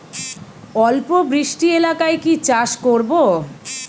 অল্প বৃষ্টি এলাকায় কি চাষ করব?